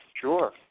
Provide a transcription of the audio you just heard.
Sure